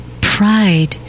pride